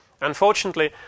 Unfortunately